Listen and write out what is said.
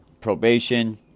probation